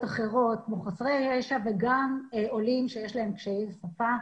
אחרות כמו חסרי ישע וגם עולים שיש להם קשיי שפה.